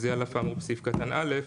זה יהיה: "(ב)על אף האמור בסעיף קטן (א)"